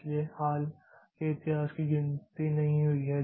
इसलिए हाल के इतिहास की गिनती नहीं है